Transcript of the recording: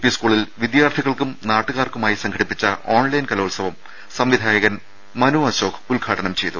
P സ്കൂളിൽ വിദ്യാർഥികൾക്കും നാട്ടുകാർക്കുമായി സംഘടിപ്പിച്ച ഓൺലൈൻ കലോത്സവം സംവിധായകൻ മനു അശോക് ഉദ്ഘാടനം ചെയ്തു